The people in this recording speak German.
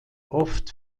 oft